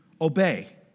obey